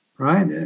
Right